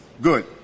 Good